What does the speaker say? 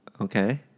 Okay